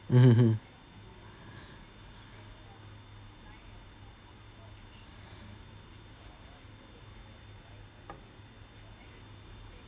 mmhmm mm